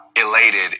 Elated